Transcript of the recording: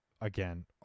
again